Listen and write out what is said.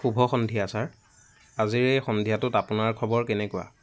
শুভ সন্ধিয়া ছাৰ আজিৰ এই সন্ধিয়াটোত আপোনাৰ খবৰ কেনেকুৱা